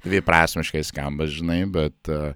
dviprasmiškai skamba žinai bet